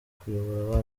kuyobora